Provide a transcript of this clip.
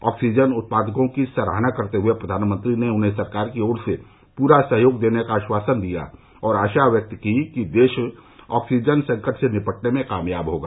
oxygen उत्पादकों की सराहना करते हुए प्रधानमंत्री ने उन्हें सरकार की ओर से पूरा सहयोग देने का आश्वासन दिया और आशा व्यक्त की कि देश ऑक्सीजन संकट से निपटने में कामयाब होगा